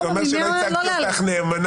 כי זה אומר שלא ייצגתי אותך נאמנה.